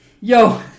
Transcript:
Yo